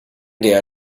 der